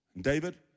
David